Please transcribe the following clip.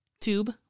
tube